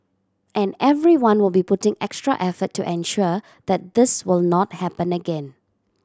and everyone will be putting extra effort to ensure that this will not happen again